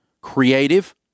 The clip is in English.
Creative